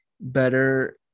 better